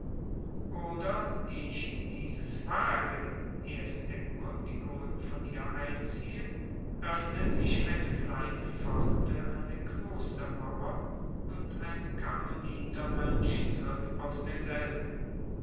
oder eh ich dieses wage erst erkundigungen von ihr einziehe öffnet sich eine kleine pforte an der klostermauer und ein karmelitermönch tritt aus derselben